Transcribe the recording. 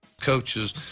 Coaches